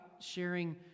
sharing